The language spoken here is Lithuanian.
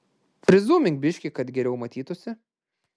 prizūmink biškį kad geriau matytųsi